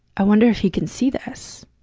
i wonder if he can see this.